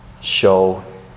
show